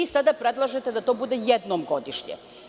Sada predlažete da to bude jednom godišnje.